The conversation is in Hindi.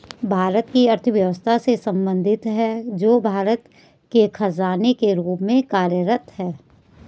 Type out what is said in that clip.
भारत की अर्थव्यवस्था से संबंधित है, जो भारत के खजाने के रूप में कार्यरत है